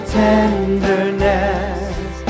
tenderness